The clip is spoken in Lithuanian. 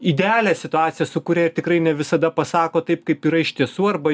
idealią situaciją sukuria ir tikrai ne visada pasako taip kaip yra iš tiesų arba